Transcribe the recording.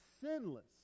sinless